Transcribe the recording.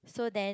so then